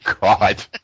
god